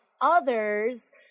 others